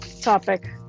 topic